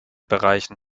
bereichen